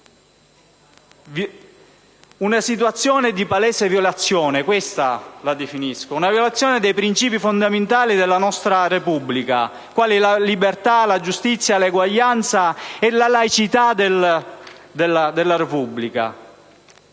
una situazione di palese violazione (così la definisco) dei principi fondamentali della nostra Repubblica, quali la libertà, la giustizia, l'eguaglianza e la laicità della Repubblica.